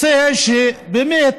רוצה שבאמת,